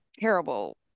terrible